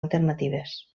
alternatives